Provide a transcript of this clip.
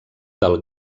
del